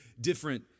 different